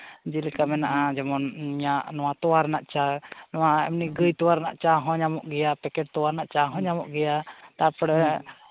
ᱡᱮᱞᱮᱠᱟ ᱢᱮᱱᱟᱜᱼᱟ ᱡᱮᱢᱚᱱ ᱤᱧᱟᱹᱜ ᱱᱚᱣᱟ ᱛᱚᱣᱟ ᱨᱮᱱᱟᱜ ᱪᱟ ᱱᱚᱣᱟ ᱮᱢᱱᱤ ᱜᱟᱹᱭ ᱛᱚᱣᱟ ᱨᱮᱱᱟᱜ ᱪᱟ ᱦᱚᱸ ᱧᱟᱢᱚᱜ ᱜᱮᱭᱟ ᱯᱮᱠᱮᱴ ᱛᱚᱣᱟ ᱨᱮᱱᱟᱜ ᱪᱟ ᱦᱚᱸ ᱧᱟᱢᱚᱜ ᱜᱮᱭᱟ ᱛᱟᱨᱯᱚᱨᱮ